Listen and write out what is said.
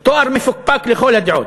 תואר מפוקפק לכל הדעות.